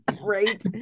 Right